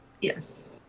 Yes